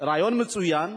רעיון מצוין,